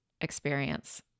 experience